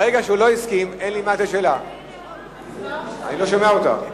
ברגע שהוא לא הסכים, אני לא שומע אותך.